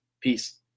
Peace